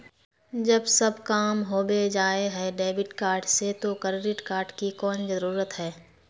जब सब काम होबे जाय है डेबिट कार्ड से तो क्रेडिट कार्ड की कोन जरूरत है?